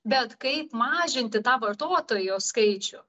bet kaip mažinti tą vartotojų skaičių